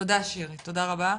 תודה שירי, תודה רבה.